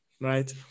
right